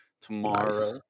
tomorrow